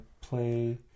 play